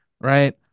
Right